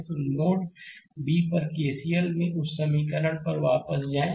तो और node B पर KCL में उस समीकरण पर वापस जाएं